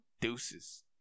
deuces